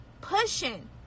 pushing